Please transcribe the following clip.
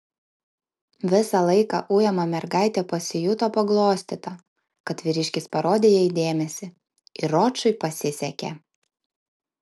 visą laiką ujama mergaitė pasijuto paglostyta kad vyriškis parodė jai dėmesį ir ročui pasisekė